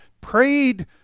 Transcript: prayed